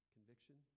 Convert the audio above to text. Conviction